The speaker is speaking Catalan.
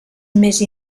més